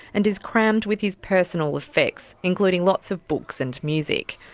and is crammed with his personal effects, including lots of books and music.